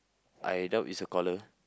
I doubt it's a collar